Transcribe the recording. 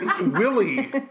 Willie